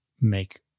make